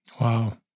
Wow